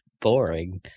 boring